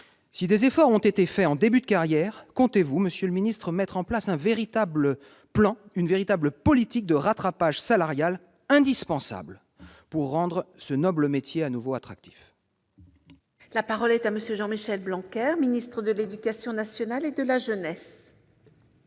Si des efforts ont été réalisés en début de carrière, comptez-vous, monsieur le ministre, mettre en place un véritable plan, une véritable politique de rattrapage salarial, indispensable pour rendre ce noble métier de nouveau attractif ? La parole est à M. le ministre de l'éducation nationale et de la jeunesse.